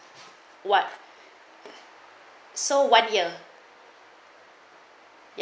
what so one year